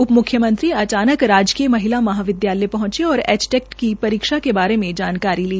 उप मुख्यमंत्री अचानक राजकीय महाविदयालय पहंचे और एचटेट की परीक्षा के बारे में जानकारी ली